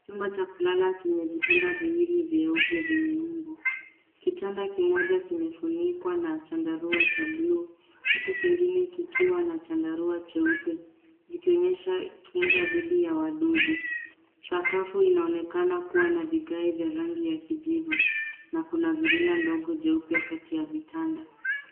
Chumba cha kulala chenye vitanda viwili vyeupe vyenye mbu. Kitanda kimoja kimefunikwa na chandarua cha bluu huku kingine kikiwa na chandarua cheupe zikionyesha kinga dhidi ya wadudu. Sakafu inaonekana kuwa na vigae vya rangi ya kijivu na kuna zulia ndogo jeupe kati ya vitanda.